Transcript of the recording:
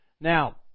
Now